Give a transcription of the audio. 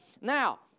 Now